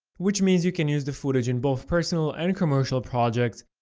which means you can use the footage in both personal and commercial projects,